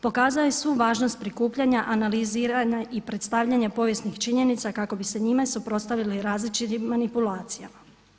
Pokazao je svu važnost prikupljanja, analiziranja i predstavljanja povijesnih činjenica kako bi se njime suprotstavili različitim manipulacijama.